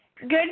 Good